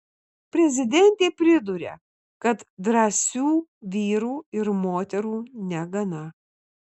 prezidentė priduria kad drąsių vyrų ir moterų negana